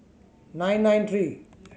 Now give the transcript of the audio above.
nine nine three